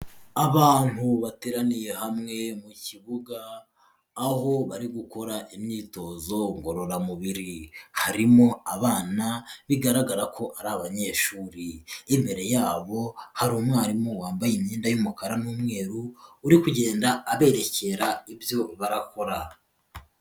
Abantu bateraniye hamwe mu kibuga aho bari gukora imyitozo ngororamubiri, harimo abana bigaragara ko ari abanyeshuri, imbere yabo hari umwarimu wambaye imyenda y'umukara n'umweru uri kugenda aberekera ibyo barakora.